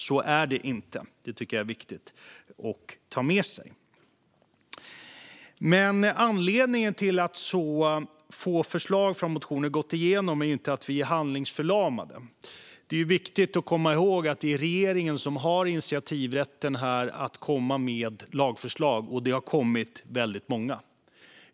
Så är det inte, och det tycker jag är viktigt att ta med sig. Anledningen till att så få förslag från motioner gått igenom är inte att vi är handlingsförlamade. Det är viktigt att komma ihåg att det är regeringen som har initiativrätten att komma med lagförslag, och det har kommit väldigt många.